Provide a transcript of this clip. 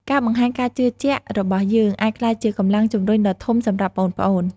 ការបង្ហាញការជឿជាក់របស់យើង អាចក្លាយជាកម្លាំងជំរុញដ៏ធំសម្រាប់ប្អូនៗ។